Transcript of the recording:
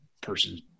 person's